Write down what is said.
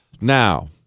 Now